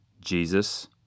Jesus